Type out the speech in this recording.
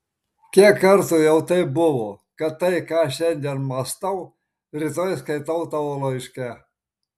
kiek kartų jau taip buvo kad tai ką šiandien mąstau rytoj skaitau tavo laiške